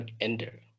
enter